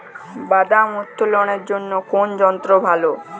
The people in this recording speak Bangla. বাদাম উত্তোলনের জন্য কোন যন্ত্র ভালো?